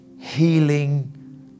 healing